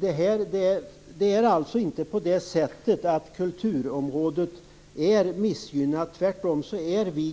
Det är alltså inte så att kulturområdet är missgynnat, tvärtom